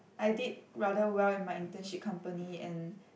I did rather well in my internship company and